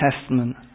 Testament